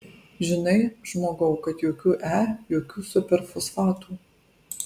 žinai žmogau kad jokių e jokių superfosfatų